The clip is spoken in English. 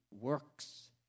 works